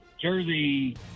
Jersey